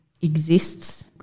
exists